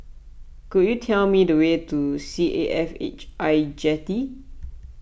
could you tell me the way to C A F H I Jetty